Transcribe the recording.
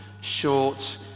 short